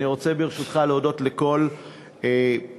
אני רוצה, ברשותך, להודות לכל המברכים.